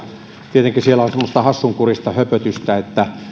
tietenkin siellä on semmoista hassunkurista höpötystä että